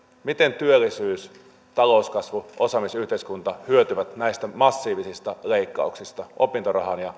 miten työllisyys talouskasvu osaamisyhteiskunta hyötyvät näistä massiivisista leikkauksista opintorahaan ja